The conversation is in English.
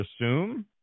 assume